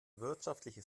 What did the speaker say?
wirtschaftliche